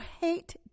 hate